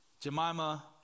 Jemima